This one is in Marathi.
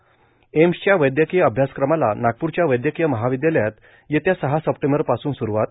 एम्सच्या वैद्यकीय अभ्यासक्रमाला नागपूरच्या वैद्यकीय महाविद्यालयात येत्या सहा सप्टेंबरपासून सुरूवात